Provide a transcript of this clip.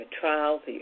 trials